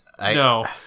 No